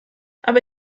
aber